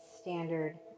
standard